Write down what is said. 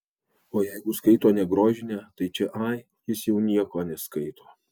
o jeigu skaito ne grožinę tai čia ai jis jau nieko neskaito